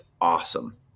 awesome